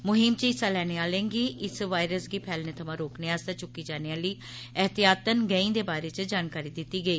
मुहीम च हिस्सा लैने आलें गी इस वायस गी फैलने थमां रोकने आस्तै च्क्की जाने आली एहतियातन गैंई दे बारे च जानकारी दिती गेई